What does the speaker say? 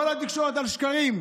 כל התקשורת, על שקרים,